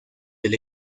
del